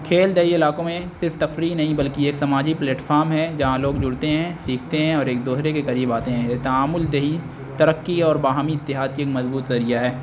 کھیل دیہی علاقوں میں صرف تفریح نہیں بلکہ یہ ایک سماجی پلیٹفارم ہے جہاں لوگ جڑتے ہیں سیکھتے ہیں اور ایک دوسرے کے قریب آتے ہیں یہ تعامل دیہی ترقی اور باہمی اتحاد کا ایک مضبوط ذریعہ ہے